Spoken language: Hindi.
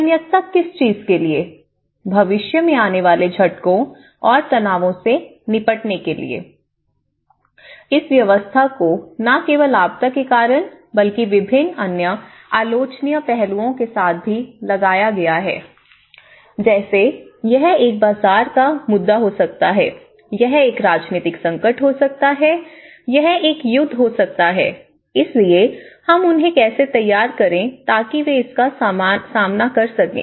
तन्यकता किस चीज के लिए भविष्य में आने वाले झटकों और तनावों से निपटने के लिए इस व्यवस्था को न केवल आपदा के कारण बल्कि विभिन्न अन्य आलोचनीय पहलुओं के साथ भी लगाया गया है जैसे यह एक बाजार का मुद्दा हो सकता है यह एक राजनीतिक संकट हो सकता है यह एक युद्ध हो सकता है इसलिए हम उन्हें कैसे तैयार करें ताकि वे इसका सामना कर सकें